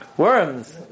Worms